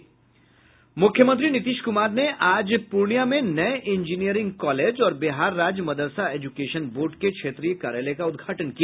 मुख्यमंत्री नीतीश कुमार ने आज पूर्णियां में नये इंजीनियरिंग कॉलेज और बिहार राज्य मदरसा एजुकेशन बोर्ड के क्षेत्रीय कार्यालय का उद्घाटन किया